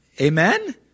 Amen